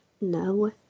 No